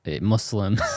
Muslim